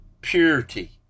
purity